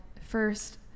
first